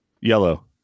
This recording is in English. Yellow